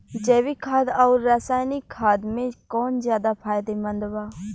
जैविक खाद आउर रसायनिक खाद मे कौन ज्यादा फायदेमंद बा?